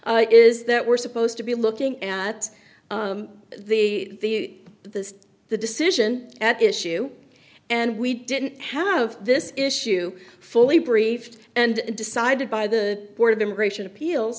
is that we're supposed to be looking at the the the decision at issue and we didn't have this issue fully briefed and decided by the board of immigration appeal